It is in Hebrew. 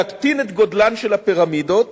להקטין את גודלן של הפירמידות,